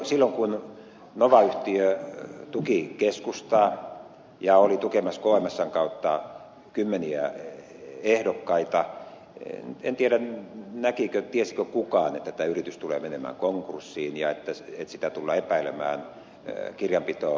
silloin kun nova yhtiö tuki keskustaa ja oli tukemassa kmsn kautta kymmeniä ehdokkaita en tiedä tiesikö kukaan että tämä yritys tulee menemään konkurssiin ja että sitä tullaan epäilemään kirjanpitorikoksista